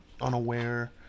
Unaware